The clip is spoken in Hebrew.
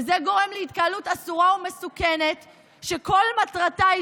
וזה גורם להתקהלות אסורה ומסוכנת שכל מטרתה היא